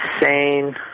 insane